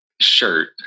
shirt